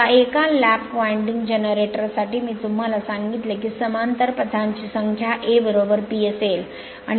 आता एका lap winding generator साठी मी तुम्हाला सांगितले की समांतर पथांची संख्या A P असेल